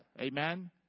Amen